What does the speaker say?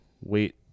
wait